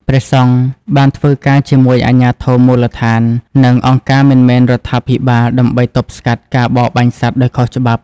ព្រះសង្ឃបានធ្វើការជាមួយអាជ្ញាធរមូលដ្ឋាន និងអង្គការមិនមែនរដ្ឋាភិបាលដើម្បីទប់ស្កាត់ការបរបាញ់សត្វដោយខុសច្បាប់។